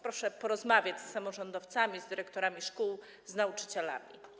Proszę porozmawiać z samorządowcami, z dyrektorami szkół, z nauczycielami.